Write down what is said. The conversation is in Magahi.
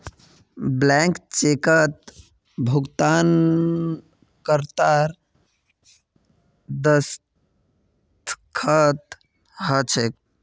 ब्लैंक चेकत भुगतानकर्तार दस्तख्त ह छेक